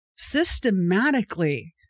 systematically